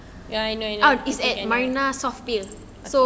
pier oh it's at marine south pier